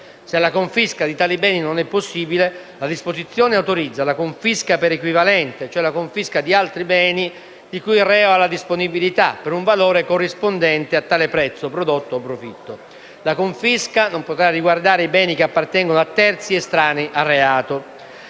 Se la confisca di tali beni non è possibile, la disposizione autorizza la confisca per equivalente, cioè la confisca di altri beni di cui il reo ha la disponibilità, per un valore corrispondente a tale prezzo, prodotto o profitto. La confisca non potrà riguardare i beni che appartengono a terzi estranei al reato.